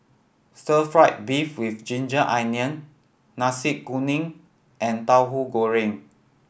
Stir Fry beef with ginger onion Nasi Kuning and Tahu Goreng